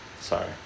Sorry